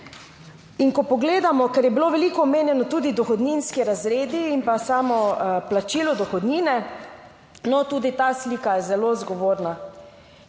In ko pogledamo, ker je bilo veliko omenjeno, tudi dohodninski razredi in pa samo plačilo dohodnine, tudi ta slika je zelo zgovorna.